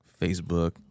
Facebook